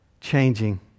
changing